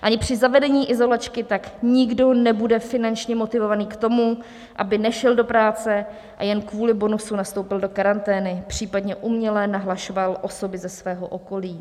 Ani při zavedení izolačky tak nikdo nebude finančně motivován k tomu, aby nešel do práce a jen kvůli bonusu nastoupil do karantény, případně uměle nahlašoval osoby ze svého okolí.